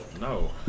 No